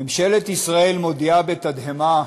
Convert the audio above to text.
"ממשלת ישראל מודיעה בתדהמה,